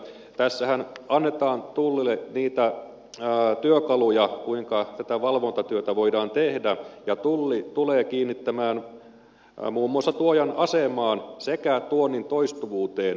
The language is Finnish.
tässähän annetaan tullille niitä työkaluja kuinka tätä valvontatyötä voidaan tehdä ja tulli tulee kiinnittämään huomiota kyselytutkimuksilla muun muassa tuojan asemaan sekä tuonnin toistuvuuteen